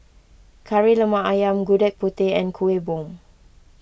Kari Lemak Ayam Gudeg Putih and Kuih Bom